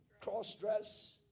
cross-dress